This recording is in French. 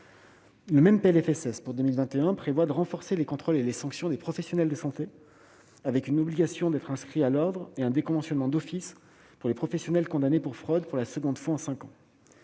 sociale pour 2021 prévoit de renforcer les contrôles et les sanctions des professionnels de santé, avec une obligation d'inscription à l'ordre et un déconventionnement d'office pour les professionnels condamnés pour fraude pour la seconde fois en cinq ans.